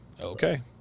Okay